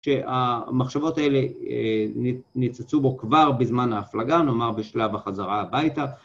שהמחשבות האלה ניצצו בו כבר בזמן ההפלגה, נאמר בשלב החזרה הביתה.